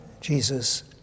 Jesus